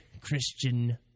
Christian